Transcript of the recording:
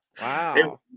Wow